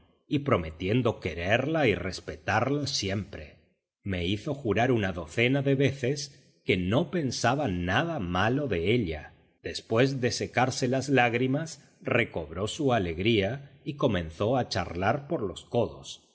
y prometiendo quererla y respetarla siempre me hizo jurar una docena de veces que no pensaba nada malo de ella después de secarse las lágrimas recobró su alegría y comenzó a charlar por los codos